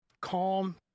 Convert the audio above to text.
calm